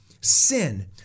sin